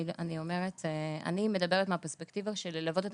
אני מדברת מהפרספקטיבה של ללוות את